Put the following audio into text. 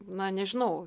na nežinau